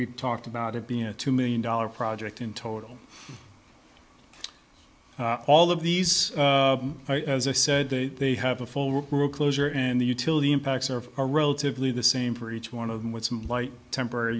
we've talked about it being a two million dollars project in total all of these as i said they have a full recruit closure and the utility impacts are relatively the same for each one of them with some light temporary